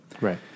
Right